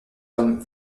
comme